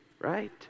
right